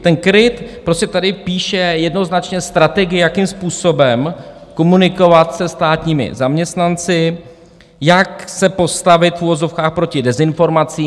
Ten KRIT prostě tady píše jednoznačně strategii, jakým způsobem komunikovat se státními zaměstnanci, jak se postavit, v uvozovkách, proti dezinformacím.